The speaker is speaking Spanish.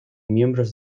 miembros